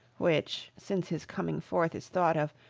which since his coming forth is thought of,